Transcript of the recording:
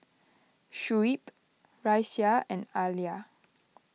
Shuib Raisya and Alya